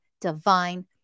divine